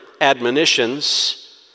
admonitions